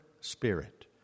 spirit